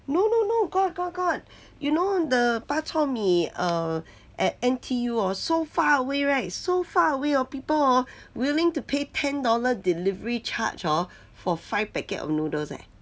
no no no got got got you know the bak chor mee err at N_T_U orh so far away [right] so far away orh people hor willing to pay ten dollars delivery charge orh for five packet of noodles eh